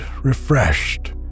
refreshed